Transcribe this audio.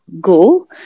go